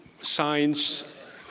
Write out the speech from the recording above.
science